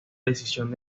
decisión